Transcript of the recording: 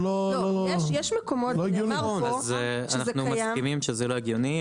אנחנו מסכימים שזה לא הגיוני.